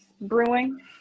brewing